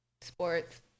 sports